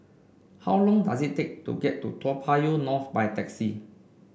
how long does it take to get to Toa Payoh North by taxi